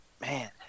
man